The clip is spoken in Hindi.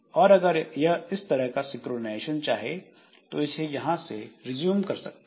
और अगर यह इस तरह का सिंक्रोनाइजेशन चाहे तो इसे वहां से रिज्यूम कर सकता है